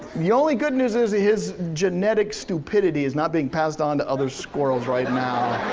the only good news is that his genetic stupidity is not being passed on to other squirrels right now.